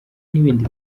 n’ibindi